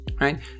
right